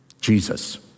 Jesus